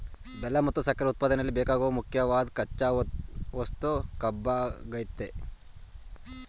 ಬೆಲ್ಲ ಮತ್ತು ಸಕ್ಕರೆ ಉತ್ಪಾದನೆಯಲ್ಲಿ ಬೇಕಾಗುವ ಮುಖ್ಯವಾದ್ ಕಚ್ಚಾ ವಸ್ತು ಕಬ್ಬಾಗಯ್ತೆ